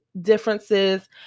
differences